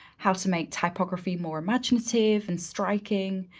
how to make typography more imaginative and striking,